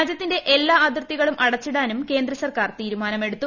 രാജ്യത്തിന്റെ എല്ലാ അതിർത്തികളും അടച്ചിടാനും കേന്ദ്രസർക്കാർ തീരുമാനമെടുത്തു